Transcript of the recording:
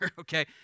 okay